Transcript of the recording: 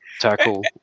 tackle